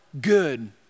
good